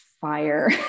fire